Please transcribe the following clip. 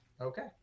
Okay